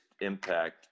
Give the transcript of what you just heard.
impact